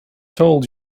told